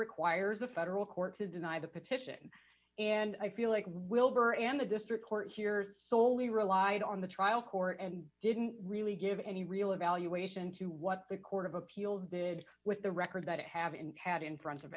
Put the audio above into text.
requires a federal court to deny the petition and i feel like wilbur and the district court hears so we relied on the trial court and didn't really give any real evaluation to what the court of appeal did with the records that have and had in front of